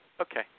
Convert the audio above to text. Okay